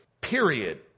period